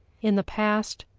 in the past,